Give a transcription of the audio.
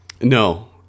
No